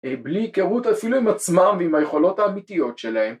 בלי היכרות אפילו עם עצמם ועם היכולות האמיתיות שלהם